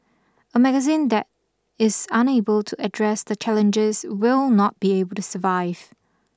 a magazine that is unable to address the challenges will not be able to survive